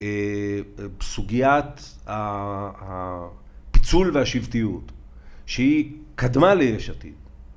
‫בסוגיית הפיצול והשבטיות, ‫שהיא קדמה ליש עתיד.